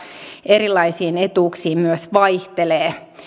erilaisiin etuuksiin myös vaihtelee